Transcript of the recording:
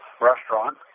restaurant